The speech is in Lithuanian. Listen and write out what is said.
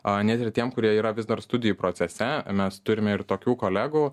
net ir tiems kurie yra vis dar studijų procese mes turime ir tokių kolegų